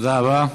תודה רבה.